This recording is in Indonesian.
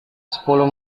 sepuluh